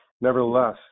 Nevertheless